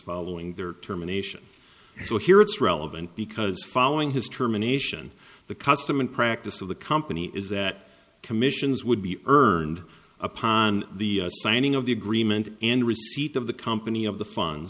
following their terminations as well here it's relevant because following his terminations the custom and practice of the company is that commissions would be earned upon the signing of the agreement and receipt of the company of the fun